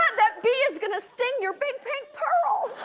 that bee is going to sting your big pink pearl.